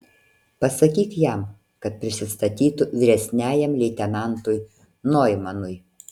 pasakyk jam kad prisistatytų vyresniajam leitenantui noimanui